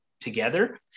together